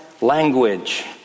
language